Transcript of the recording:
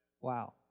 Wow